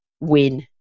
win